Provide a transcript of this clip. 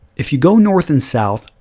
if you go north and south,